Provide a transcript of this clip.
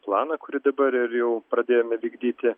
planą kurį dabar ir jau pradėjome vykdyti